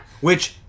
Which-